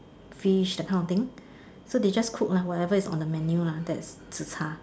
fish that kind of thing so they just cook lah whatever is on the menu lah that zi char